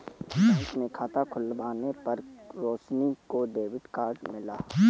bank में खाता खुलवाने पर रोशनी को डेबिट कार्ड मिला